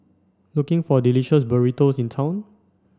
looking for delicious burritos in town